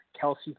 Kelsey